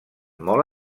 molt